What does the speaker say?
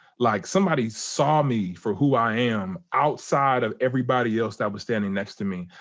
like somebody saw me for who i am, outside of everybody else that was standing next to me.